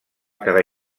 quedar